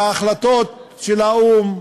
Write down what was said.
מההחלטות של האו"ם.